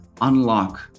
unlock